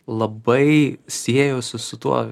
labai siejosi su tuo